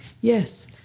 yes